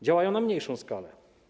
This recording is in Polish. Działają na mniejszą skalę.